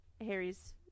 Harry's